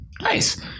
Nice